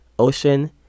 Ocean